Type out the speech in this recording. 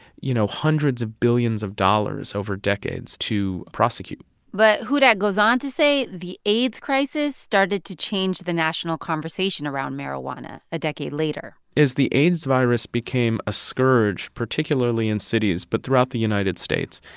you know, hundreds of billions of dollars over decades to prosecute but hudak goes on to say the aids crisis started to change the national conversation around marijuana a decade later as the aids virus became a scourge particularly in cities but throughout the united states,